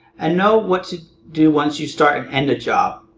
and know what to do once you start and end a job.